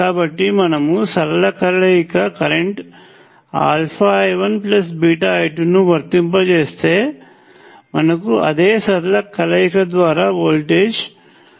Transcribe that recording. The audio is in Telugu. కాబట్టి మనము సరళ కలయిక కరెంట్ I1I2 ను వర్తింపజేస్తే మనకు అదే సరళ కలయిక ద్వారా వోల్టేజ్ V1V2 లభిస్తుంది